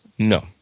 No